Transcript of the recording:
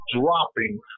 dropping